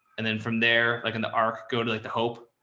and then from there, like in the arc go to like the hope,